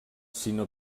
sinó